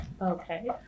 Okay